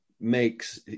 makes